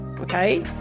okay